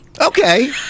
Okay